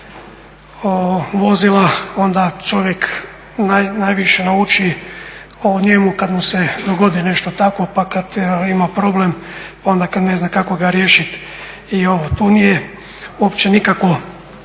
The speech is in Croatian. vozila onda čovjek najviše nauči o njemu kada mu se dogodi nešto tako pa kada ima problem pa onda kada ne zna kako ga riješiti. Tu nije uopće nikakav